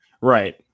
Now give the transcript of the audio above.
right